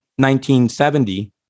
1970